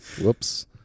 whoops